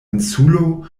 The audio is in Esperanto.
insulo